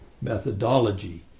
methodology